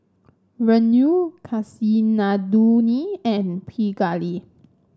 Renu Kasinadhuni and Pingali